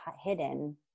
hidden